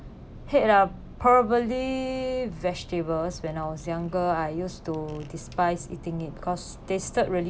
hate ah probably vegetables when I was younger I used to despise eating it because tasted really